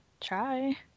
try